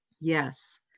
Yes